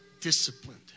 disciplined